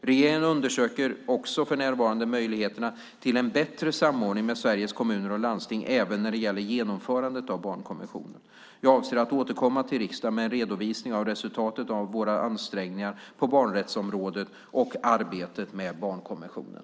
Regeringen undersöker också för närvarande möjligheterna till en bättre samordning med Sveriges Kommuner och Landsting även när det gäller genomförandet av barnkonventionen. Jag avser att återkomma till riksdagen med en redovisning av resultatet av våra ansträngningar på barnrättsområdet och arbetet med barnkonventionen.